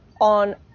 on